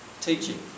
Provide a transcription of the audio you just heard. teaching